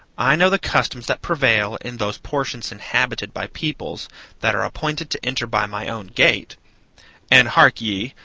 i know the customs that prevail in those portions inhabited by peoples that are appointed to enter by my own gate and hark ye,